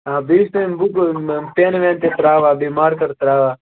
آ بیٚیہِ حظ چھِوٕ تۅہہِ یِم بُکہٕ پیٚن وین تہِ ترٛاوان بیٚیہِ مارکَر ترٛاوان